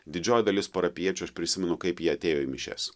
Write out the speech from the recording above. didžioji dalis parapijiečių aš prisimenu kaip jie atėjo į mišias